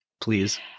Please